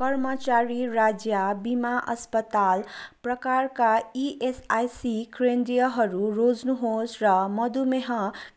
कर्मचारी राज्य बिमा अस्पताल प्रकारका इएसआसी केन्द्रहरू रोज्नुहोस् र मधुमेह